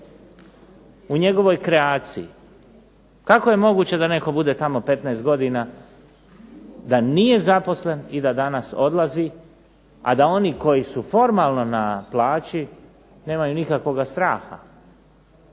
u njegovoj kreaciji. Kako je moguće da netko bude tamo 15 godina da nije zaposlen i da danas odlazi, a da oni koji su formalno na plaći nemaju nikakvoga straha,